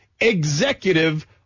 executive